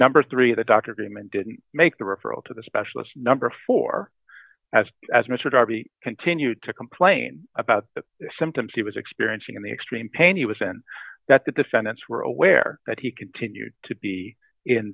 number three the doctor to him and didn't make the referral to the specialist number four as as mr darby continued to complain about the symptoms he was experiencing and the extreme pain he was in that the defendants were aware that he continued to be in